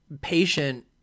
patient